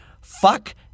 fuck